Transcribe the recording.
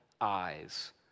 eyes